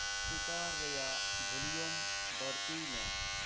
speaker ᱨᱮᱭᱟᱜ volume ᱵᱟᱲᱛᱤᱭ ᱢᱮ